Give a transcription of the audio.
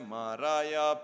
Maraya